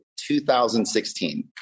2016